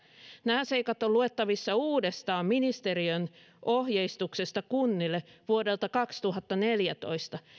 nämä seikat ovat luettavissa uudestaan ministeriön ohjeistuksesta kunnille vuodelta kaksituhattaneljätoista